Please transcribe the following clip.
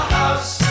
house